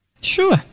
Sure